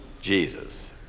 Jesus